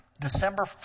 December